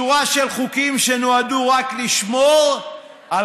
שורה של חוקים שנועדו רק לשמור על